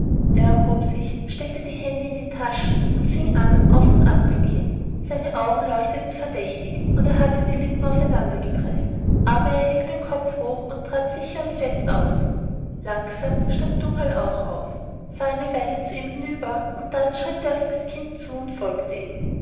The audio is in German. er erhob sich steckte die hände in die taschen und fing an auf und ab zu gehen seine augen leuchteten verdächtig und er hatte die lippen aufeinander gepreßt aber er hielt den kopf hoch und trat sicher und fest auf langsam stand dougal auch auf sah eine weile zu ihm hinüber dann schritt er auf das kind zu und folgte ihm